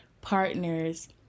partners